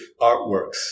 artworks